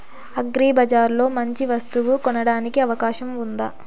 అగ్రిబజార్ లో మంచి వస్తువు కొనడానికి అవకాశం వుందా?